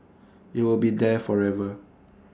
IT will be there forever